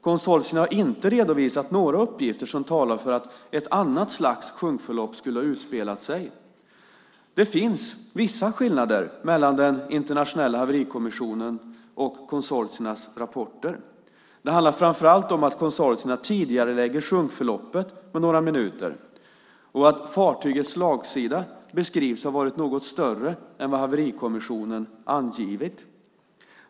Konsortierna har inte redovisat några uppgifter som talar för att ett annat slags sjunkförlopp skulle ha utspelats. Det finns vissa skillnader mellan den internationella haverikommissionen och konsortiernas rapporter. Det handlar framför allt om att konsortierna tidigarelägger sjunkförloppet med några minuter och att fartygets slagsida beskrivs ha varit något större än vad haverikommissionen angivit.